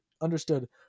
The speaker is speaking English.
understood